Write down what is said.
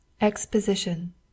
EXPOSITION